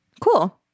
Cool